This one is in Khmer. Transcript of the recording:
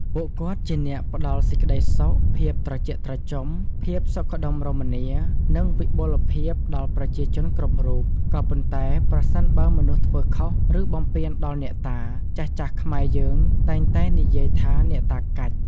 ពួកគាត់ជាអ្នកផ្ដល់សេចក្ដីសុខ ភាពត្រជាក់ត្រជុំ ភាពសុខដុមរមនា និងវិបុលភាពដល់ប្រជាជនគ្រប់រូប ក៏ប៉ុន្តែប្រសិនបើមនុស្សធ្វើខុសឬបំពានដល់អ្នកតា ចាស់ៗខ្មែរយើងតែងតែនិយាយថាអ្នកតាកាច់។